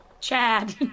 Chad